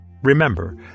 Remember